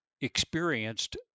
experienced